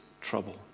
trouble